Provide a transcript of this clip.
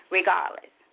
regardless